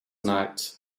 night